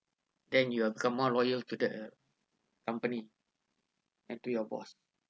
then you are become more loyal to the company and to your boss